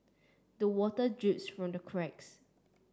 the water drips from the cracks